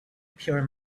pure